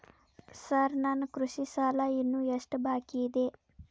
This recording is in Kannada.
ಸಾರ್ ನನ್ನ ಕೃಷಿ ಸಾಲ ಇನ್ನು ಎಷ್ಟು ಬಾಕಿಯಿದೆ?